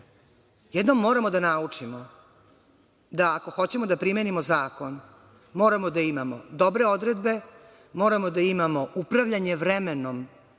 Jedno moramo da naučimo, da ako hoćemo da primenimo zakon moramo da imamo dobre odredbe, moramo da imamo upravljanje vremenom